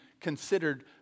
considered